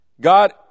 God